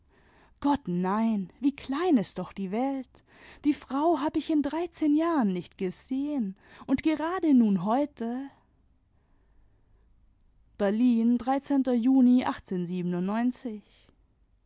gott nein wie klein ist doch die welt die frau hab ich in dreizehn jahren nicht gesehen und gerade nun heute berlin juni